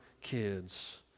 kids